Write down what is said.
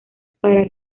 para